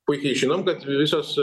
puikiai žinom kad visos